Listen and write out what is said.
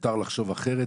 מותר לחשוב אחרת,